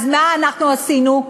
אז מה אנחנו עשינו?